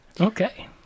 Okay